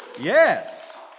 Yes